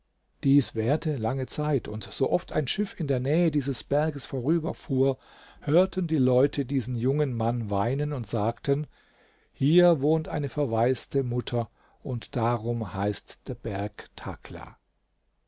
dies währte lange zeit und so oft ein schiff in der nähe dieses berges vorüberfuhr hörten die leute diesen jungen mann weinen und sagten hier wohnt eine verwaiste mutter und darum heißt der berg thakla